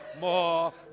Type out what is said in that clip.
more